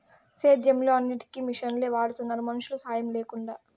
సేద్యంలో అన్నిటికీ మిషనులే వాడుతున్నారు మనుషుల సాహాయం లేకుండా